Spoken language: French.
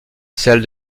celle